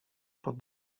pod